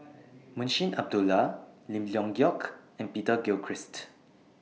Munshi Abdullah Lim Leong Geok and Peter Gilchrist